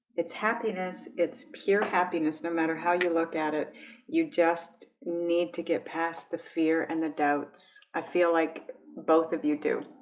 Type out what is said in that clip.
it's happiness. it's pure happiness. no matter how you look at it you just need to get past the fear and the doubts. i feel like both of you do